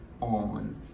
on